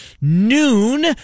noon